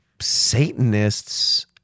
Satanists